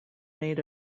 made